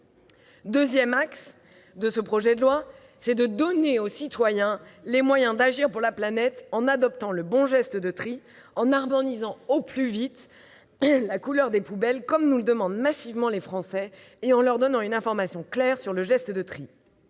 Deuxième axe : donner aux citoyens les moyens d'agir pour la planète en adoptant le bon geste de tri. Il s'agit d'harmoniser au plus vite la couleur des poubelles, comme nous le demandent massivement les Français, et de leur donner une information claire sur le geste de tri.